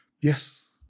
Yes